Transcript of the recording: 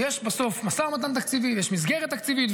יש בסוף משא ומתן תקציבי, יש מסגרת תקציבית.